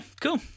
cool